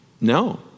No